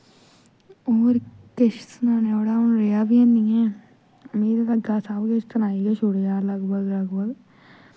होर किश सनाने जोड़ा हून रेहा बी हैनी ऐ मीं लग्गा दा सब किश सनाई गै छुड़ेआ लगभग लगभग